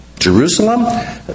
Jerusalem